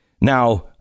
Now